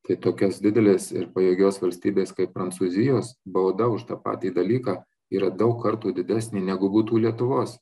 tai tokios didelės ir pajėgios valstybės kaip prancūzijos bauda už tą patį dalyką yra daug kartų didesnė negu būtų lietuvos